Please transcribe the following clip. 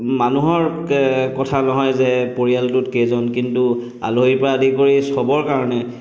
মানুহৰ কথা নহয় যে পৰিয়ালটোত কেইজন কিন্তু আলহীৰ পৰা আদি কৰি সবৰ কাৰণে